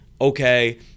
okay